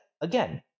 again